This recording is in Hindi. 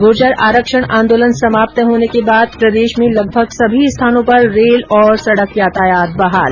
गुर्जर आरक्षण आंदोलन समाप्त होने के बाद प्रदेश में लगभग सभी स्थानों पर रेल और सड़क यातायात बहाल